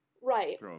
Right